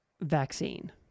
vaccine